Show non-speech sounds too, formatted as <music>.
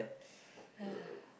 <noise>